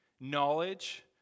Knowledge